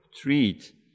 treat